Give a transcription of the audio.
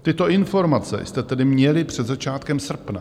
Tyto informace jste tedy měli před začátkem srpna.